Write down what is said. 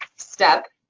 step